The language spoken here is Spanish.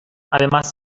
además